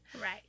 Right